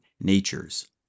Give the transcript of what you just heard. natures